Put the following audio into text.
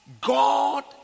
God